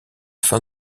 fin